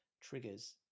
triggers